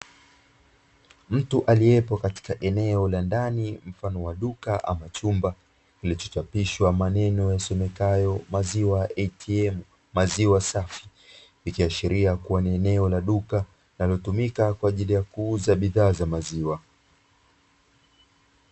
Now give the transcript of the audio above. Mtu aliyepo katika eneo la ndani mfano wa duka ama chumba, kilichochapishwa maneno yasomekayo "Maziwa ATM", "maziwa safi" ikiashiria kuwa ni eneo la duka linalotumika kwa ajili ya kuuza bidhaa za maziwa.